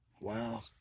Wow